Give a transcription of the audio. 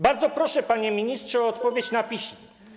Bardzo proszę, panie ministrze, o odpowiedź na piśmie.